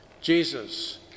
Jesus